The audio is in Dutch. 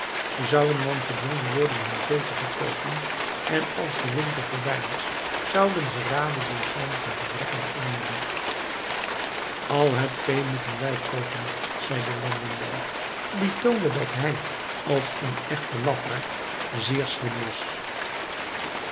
ze zouden dan gedwongen worden hun vee te verkoopen en als de winter voorbij was zouden ze radeloos zijn van gebrek en armoede al het vee moeten wij koopen zeide landenberg die toonde dat hij als een echte lafaard zeer slim was